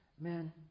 Man